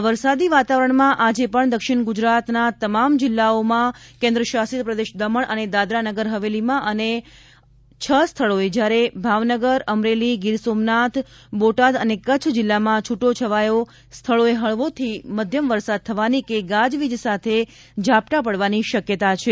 આ વરસાદી વાતાવરણમાં આજે પણ દક્ષિણ ગુજરાતના તમામ જિલ્લાઓમાં કેન્દ્ર શાસિત પ્રદેશ દમણ અને દાદારનગરમાં અનેક સ્થળોએ જયારે ભાવનગર અમરેલી ગીર સોમનાથ બોટાદ અને કચ્છ જિલ્લામાં છૂટા છવાયા સ્થળોએ હળવાથી મધ્યમ વરસાદ થવાની કે ગાજવીજ સાથે ઝાપટાં પડવાની શકયતા છે